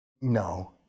No